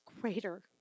greater